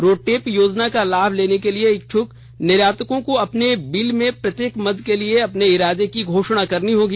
रोडटेप योजना का लाभ लेने के इच्छुक निर्यातकों को अपने बिल में प्रत्येक मद के लिए अपने इरादे की घोषणा करनी होगी